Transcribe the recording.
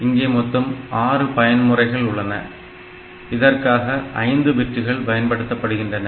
இங்கே மொத்தம் ஆறு பயன் முறைகள் உள்ளன இதற்காக ஐந்து பிட்டுகள் பயன்படுத்தப்படுகின்றன